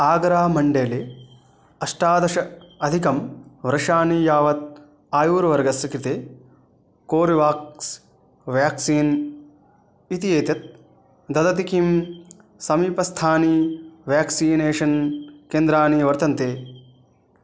आग्रा मण्डले अष्टादश अधिकं वर्षाणि यावत् आयुर्वर्गस्य कृते कोर्वाक्स् व्याक्सीन् इति एतत् ददति किं समीपस्थानि व्याक्सीनेषन् केन्द्राणि वर्तन्ते